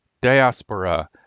diaspora